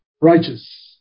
righteous